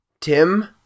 Tim